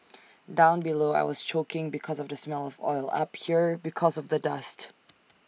down below I was choking because of the smell of oil up here because of the dust